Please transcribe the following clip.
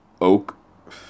Oak